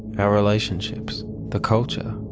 our relationships, the culture,